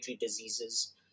diseases